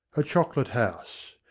a chocolate-house.